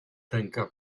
tancar